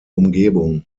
umgebung